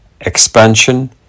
expansion